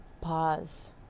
pause